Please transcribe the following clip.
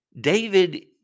David